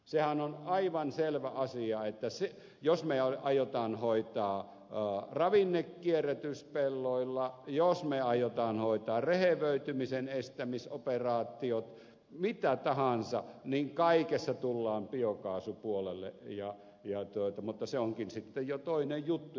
sehän on aivan selvä asia että jos me aiomme hoitaa ravinnekierrätyksen pelloilla jos me aiomme hoitaa rehevöitymisen estämisoperaatiot mitä tahansa niin kaikessa tullaan biokaasupuolelle mutta se onkin sitten jo toinen juttu ja se kuullaan huomenna